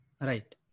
Right